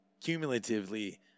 cumulatively